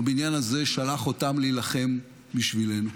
הבניין הזה שלח אותם להילחם בשבילנו.